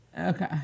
Okay